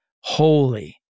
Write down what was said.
holy